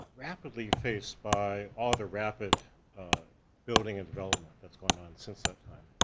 rapidly faced by other rapid building and development that's going on since that time.